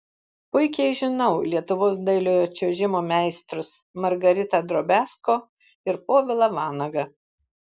puikiai žinau lietuvos dailiojo čiuožimo meistrus margaritą drobiazko ir povilą vanagą